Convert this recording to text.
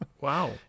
Wow